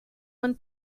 one